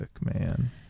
Man